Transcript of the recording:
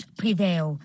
prevail